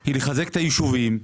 היא לחזק את היישובים,